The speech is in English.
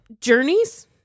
journeys